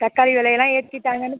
தக்காளி விலையெல்லாம் ஏற்றிட்டாங்கனு